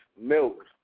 milk